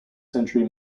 century